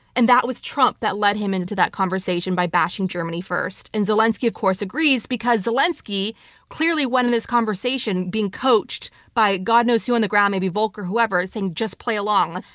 and that was trump that led him into that conversation by bashing germany first. and zelensky of course agrees because zelensky clearly went into this conversation being coached by god knows who on the ground, maybe volker or whoever saying just play along,